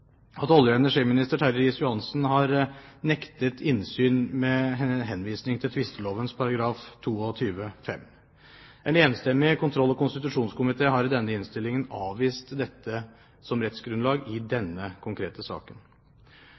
at olje- og energiminister Terje Riis-Johansen har nektet innsyn med henvisning til tvisteloven § 22-5. En enstemmig kontroll- og konstitusjonskomité har i denne innstillingen avvist dette som rettsgrunnlag i denne konkrete saken.